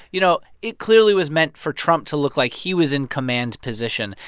you know, it clearly was meant for trump to look like he was in command position.